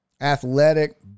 Athletic